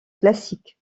classique